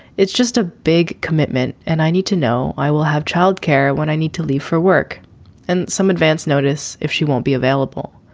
it's just a big commitment. and i need to know i will have childcare when i need to leave for work and some advance notice if she won't be available.